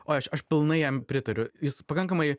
oi aš aš pilnai jam pritariu jis pakankamai